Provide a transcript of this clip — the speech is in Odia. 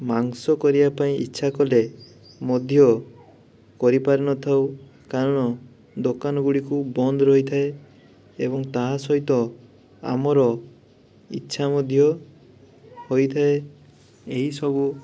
ମାଂସ କରିବା ପାଇଁ ଇଚ୍ଛା କଲେ ମଧ୍ୟ କରିପାରି ନଥାଉ କାରଣ ଦୋକାନ ଗୁଡ଼ିକ ବନ୍ଦ ରହିଥାଏ ଏବଂ ତା ସହିତ ଆମର ଇଚ୍ଛା ମଧ୍ୟ ହୋଇଥାଏ ଏହିସବୁ